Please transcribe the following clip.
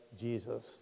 Jesus